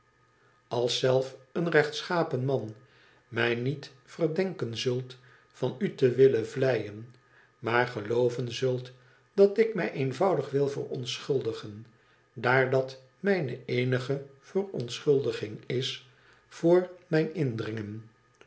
als zelf een rechtschapen man mij niet verdenken zult van u te willen vleien maar gelooven zult dat ik mij eenvoudig wil verontschuldigen daar dat mijne eenige verontschuldiging is voor mijn indringen